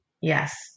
Yes